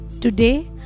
Today